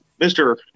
Mr